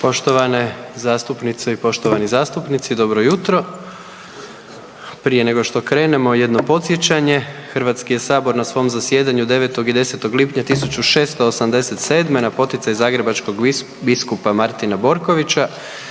Poštovane zastupnice i poštovani zastupnici dobro jutro. Prije nego što krenemo jedno podsjećanje, HS je na svom zasjedanju 9. i 10. lipnja 1687. na poticaj zagrebačkog biskupa Martina Borkovića